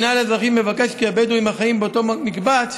המינהל האזרחי מבקש כי הבדואים החיים באותו מקבץ